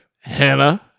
hannah